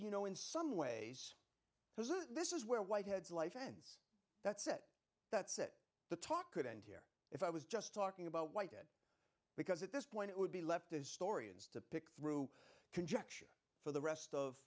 you know in some ways this is this is where whitehead's life ends that's it that's it the talk could end here if i was just talking about whited because at this point it would be left as story ends to pick through conjecture for the rest of